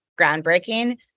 groundbreaking